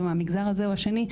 או מהמגזר הזה או השני.